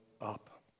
up